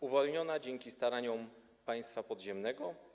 Uwolniona dzięki staraniom państwa podziemnego.